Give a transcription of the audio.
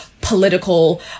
political